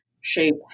shape